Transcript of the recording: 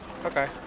okay